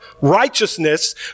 righteousness